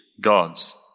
God's